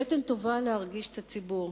בטן טובה להרגיש את הציבור.